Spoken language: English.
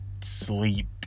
Sleep